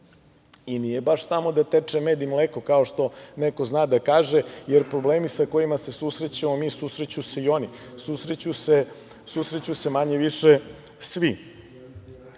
Nije da baš tamo teče med i mleko, kao što neko zna da kaže, jer problemi sa kojima se susrećemo mi susreću se i oni, a susreću se manje-više svi. Oni